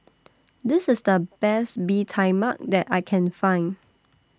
This IS The Best Bee Tai Mak that I Can Find